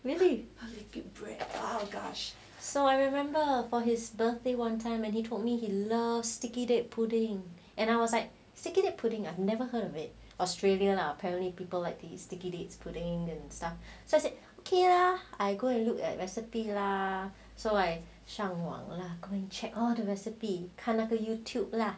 really so I remember for his birthday one time and he told me he love sticky date pudding and I was like sticky date pudding I've never heard of it australia lah apparently people like the sticky date pudding and stuff so I said okay lah I go and look at recipe lah so I 上网 lah go and check all the recipe 看那个 youtube lah